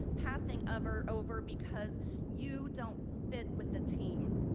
passing over over because you don't fit with the team.